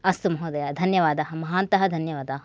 अस्तु महोदय धन्यवादः महान्तः धन्यवादाः